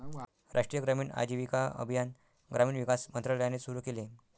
राष्ट्रीय ग्रामीण आजीविका अभियान ग्रामीण विकास मंत्रालयाने सुरू केले